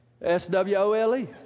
S-W-O-L-E